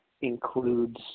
includes